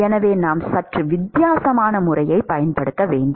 எனவே நாம் சற்று வித்தியாசமான முறையைப் பயன்படுத்த வேண்டும்